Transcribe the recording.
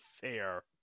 fair